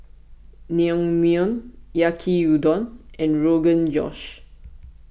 Naengmyeon Yaki Udon and Rogan Josh